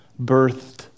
birthed